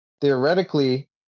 Theoretically